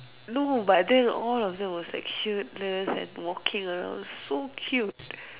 no but then all of them were shirtless and walking around so cute